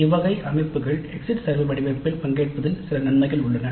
இவ்வகை அமைப்புகள் exit survey வடிவமைப்பில் பங்கேற்பதில் சில நன்மைகள் உள்ளன